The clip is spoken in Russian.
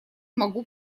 могу